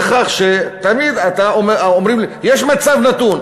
תמיד אומרים לי: יש מצב נתון.